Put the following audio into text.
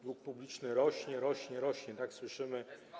Dług publiczny rośnie, rośnie, rośnie - to słyszymy.